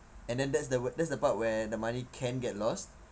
and then that's the that's the part where the money can get lost